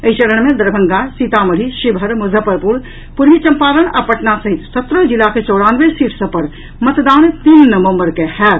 एहि चरण मे दरभंगा सीतामढ़ी शिवहर मुजफ्फरपुर पूर्वी चंपारण आ पटना सहित सत्रह जिलाक चौरानवे सीट सभ पर मतदान तीन नवम्बर कें होयत